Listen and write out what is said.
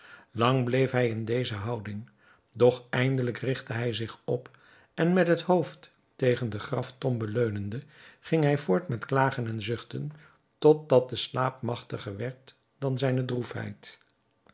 lang bleef hij in deze houding doch eindelijk rigtte hij zich op en met het hoofd tegen de graftombe leunende ging hij voort met klagen en zuchten tot dat de slaap magtiger werd dan zijne